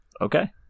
Okay